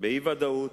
באי-ודאות